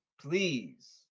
Please